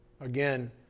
Again